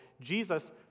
Jesus